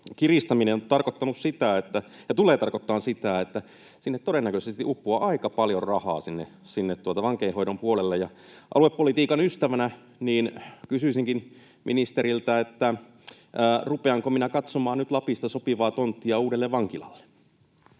tarkoittanut ja tulee tarkoittamaan sitä, että sinne vankeinhoidon puolelle todennäköisesti uppoaa aika paljon rahaa. Aluepolitiikan ystävänä kysyisinkin ministeriltä, rupeanko minä katsomaan nyt Lapista sopivaa tonttia uudelle vankilalle.